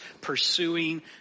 pursuing